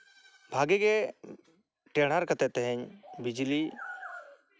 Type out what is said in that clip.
ᱵᱷᱟᱹᱜᱤ ᱜᱮ ᱴᱮᱸᱦᱟᱰ ᱠᱟᱛᱮᱫ ᱛᱤᱦᱤᱧ ᱵᱤᱡᱽᱞᱤ